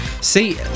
See